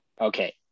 Okay